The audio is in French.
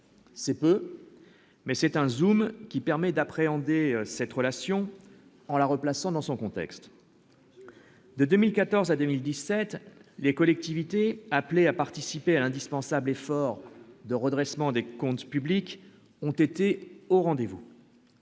c'est peu mais c'est un zoom qui permet d'appréhender cette relation en la replaçant dans son contexte. De 2014 à 2017 les collectivités appelées à participer à l'indispensable effort de redressement des comptes publics ont été au rendez-vous